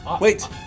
Wait